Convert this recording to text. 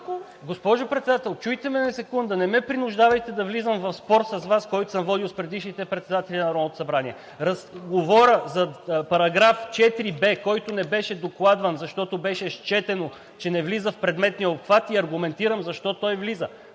Госпожо Председател, чуйте ме за секунда. Не ме принуждавайте да влизам в спор с Вас, който съм водил с предишните председатели на Народното събрание. Говоря за § 4б, който не беше докладван, защото беше счетено, че не влиза в предметния обхват, и аргументирам защо той влиза.